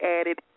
added